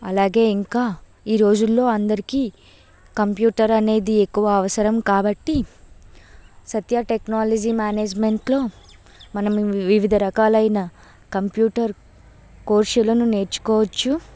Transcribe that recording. అలాగే ఇంకా ఈ రోజుల్లో అందరికీ కంప్యూటర్ అనేది ఎక్కువ అవసరం కాబట్టి సత్య టెక్నాలజీ మేనేజ్మెంట్లో మనం వివిధ రకాలైన కంప్యూటర్ కోర్సులను నేర్చుకోవచ్చు